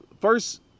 first